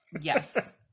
Yes